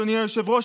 אדוני היושב-ראש,